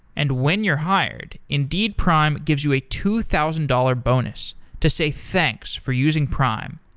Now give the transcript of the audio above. and when you're hired, indeed prime gives you a two thousand dollars bonus to say thanks for using prime.